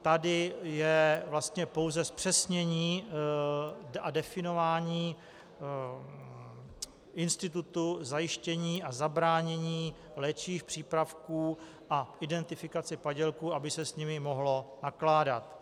Tady je pouze zpřesnění a definování institutu zajištění a zabránění léčivých přípravků a identifikace padělků, aby se s nimi mohlo nakládat.